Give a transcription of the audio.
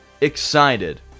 excited